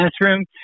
classroom